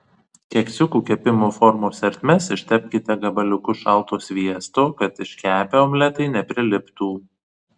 keksiukų kepimo formos ertmes ištepkite gabaliuku šalto sviesto kad iškepę omletai nepriliptų